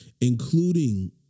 including